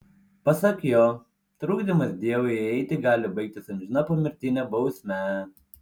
pasak jo trukdymas dievui įeiti gali baigtis amžina pomirtine bausme